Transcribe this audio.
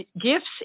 gifts